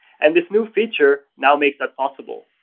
and this new feature now makes that possible.